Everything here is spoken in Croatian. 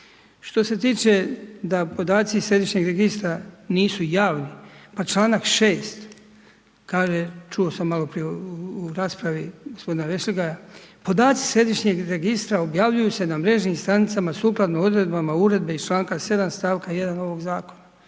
Što se tiče da podaci iz središnjeg registra nisu javni, pa čl. 6. kaže, čuo sam maloprije u raspravi gospodina Vešligaja, podaci središnjeg registra, obavljaju se na mrežnim stranicama, sukladno odredbama uredbe iz čl. 7. stavka 1. ovog zakona.